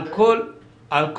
על כל הזכיינים.